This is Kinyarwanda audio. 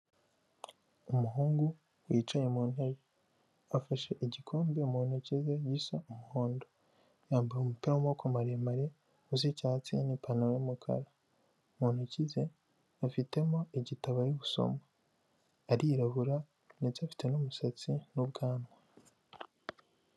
Umuhungu wicaye mu ntebe afashe igikombe mu ntoki ze gisa umuhondo, yambaye umupira w'amaboko maremare usa icyatsi n'ipantalo y'umukara, mu ntoki ze afitemo igitabo ari gusoma, arirabura ndetse afite n'umusatsi n'ubwanwa.